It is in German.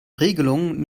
regelungen